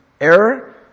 error